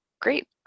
Great